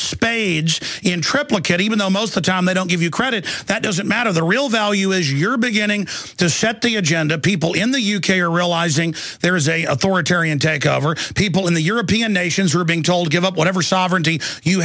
spades in triplicate even though most the time they don't give you credit that doesn't matter the real value is you're beginning to set the agenda people in the u k are realising there is a authoritarian takeover people in the european nations are being told give up whatever sovereignty you